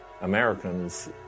Americans